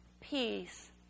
peace